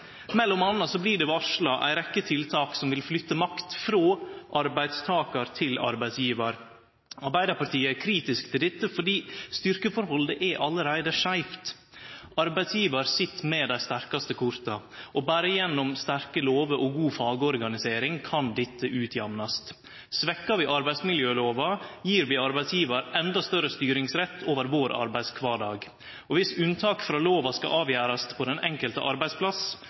blir det varsla ei rekke tiltak som vil flytte makt frå arbeidstakar til arbeidsgivar. Arbeidarpartiet er kritisk til dette, fordi styrkeforholdet allereie er skeivt. Arbeidsgivar sit med dei sterkaste korta. Berre gjennom sterke lover og god fagorganisering kan dette utjamnast. Svekker vi arbeidsmiljølova, gir vi arbeidsgivar endå større styringsrett over arbeidskvardagen vår. Viss unntak frå lova skal avgjerast på den enkelte arbeidsplass,